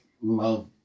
love